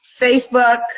Facebook